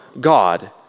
God